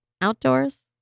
outdoors